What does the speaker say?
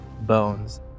bones